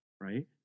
right